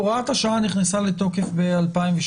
הוראת השעה נכנסה לתוקף ב-2018.